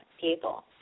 people